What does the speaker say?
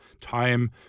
time